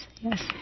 yes